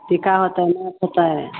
टीका होएतै नथ होएतै